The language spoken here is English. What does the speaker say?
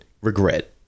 Regret